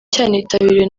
cyanitabiriwe